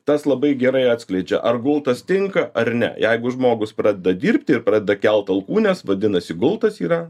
tas labai gerai atskleidžia ar gultas tinka ar ne jeigu žmogus pradeda dirbti ir pradeda kelt alkūnes vadinasi gultas yra